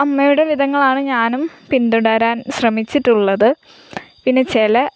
അമ്മയുടെ വിധങ്ങളാണ് ഞാനും പിന്തുടരാൻ ശ്രമിച്ചിട്ടുള്ളത് പിന്നെ ചില